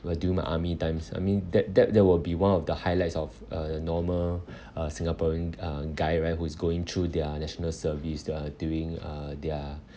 when during my army times I mean that that that will be one of the highlights of a normal uh singaporean uh guy right who is going through their national service they're doing uh they're